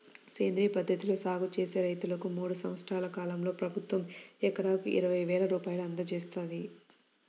సేంద్రియ పద్ధతిలో సాగు చేసే రైతన్నలకు మూడు సంవత్సరాల కాలంలో ప్రభుత్వం ఎకరాకు ఇరవై వేల రూపాయలు అందజేత్తంది